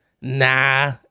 nah